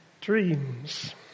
Dreams